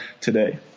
today